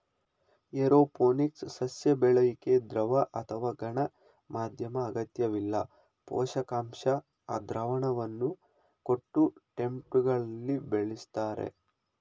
aeroponics ಸಸ್ಯ ಬೆಳ್ಯೋಕೆ ದ್ರವ ಅಥವಾ ಘನ ಮಾಧ್ಯಮ ಅಗತ್ಯವಿಲ್ಲ ಪೋಷಕಾಂಶ ದ್ರಾವಣವನ್ನು ಕೊಟ್ಟು ಟೆಂಟ್ಬೆಗಳಲ್ಲಿ ಬೆಳಿಸ್ತರೆ